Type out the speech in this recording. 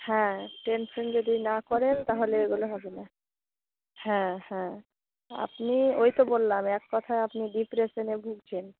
হ্যাঁ টেনশন যদি না করেন তাহলে এগুলো হবে না হ্যাঁ হ্যাঁ আপনি ওই তো বললাম এক কথায় আপনি ডিপ্রেশনে ভুগছেন